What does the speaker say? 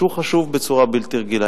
שהוא חשוב בצורה בלתי רגילה,